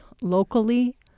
locally